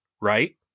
right